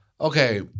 okay